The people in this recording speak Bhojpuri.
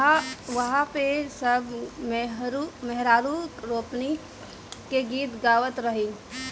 उहा पे सब मेहरारू रोपनी के गीत गावत हईन